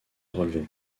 relever